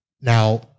now